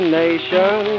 nation